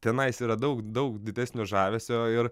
tenais yra daug daug didesnio žavesio ir